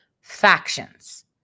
factions